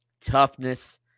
toughness